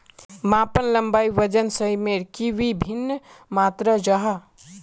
मापन लंबाई वजन सयमेर की वि भिन्न मात्र जाहा?